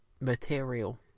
material